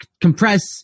compress